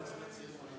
חבר הכנסת באסל גטאס.